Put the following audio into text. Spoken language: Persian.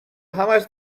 همش